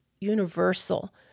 universal